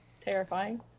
terrifying